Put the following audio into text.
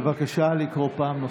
בבקשה לקרוא פעם נוספת.